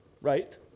right